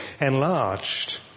enlarged